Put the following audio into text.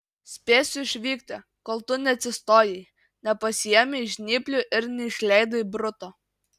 spėsiu išvykti kol tu neatsistojai nepasiėmei žnyplių ir neišleidai bruto